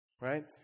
right